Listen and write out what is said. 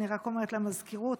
אני רק אומרת למזכירות,